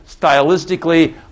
Stylistically